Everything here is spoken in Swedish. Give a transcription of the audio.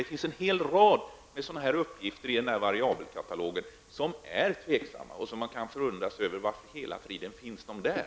Det finns en hel rad av uppgifter i denna Variabelkatalog som är tvivelaktiga och som man kan undra över varför de över huvud taget finns där.